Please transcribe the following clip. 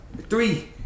Three